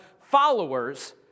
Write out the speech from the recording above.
followers